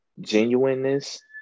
genuineness